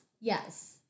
Yes